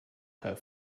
her